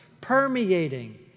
permeating